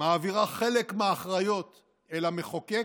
מעבירה חלק מהאחריות אל המחוקק,